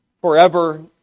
forever